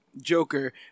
Joker